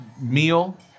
meal